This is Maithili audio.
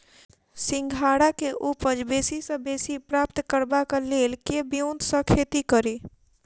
सिंघाड़ा केँ उपज बेसी सऽ बेसी प्राप्त करबाक लेल केँ ब्योंत सऽ खेती कड़ी?